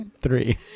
three